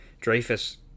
Dreyfus